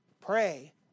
Pray